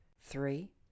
three